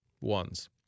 ones